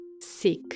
sick